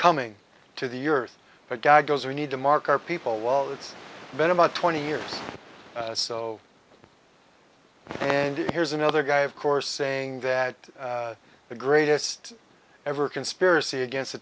coming to the years the guy goes we need to mark our people well it's been about twenty years so and here's another guy of course saying that the greatest ever conspiracy against the